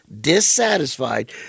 dissatisfied